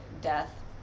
death